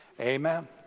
Amen